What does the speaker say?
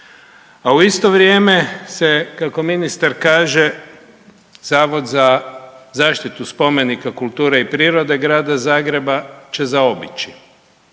a u isto vrijeme se, kako ministar kaže, Zavod za zaštitu spomenika, kulture i prirode Grada Zagreba će zaobići,